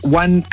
one